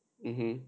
mmhmm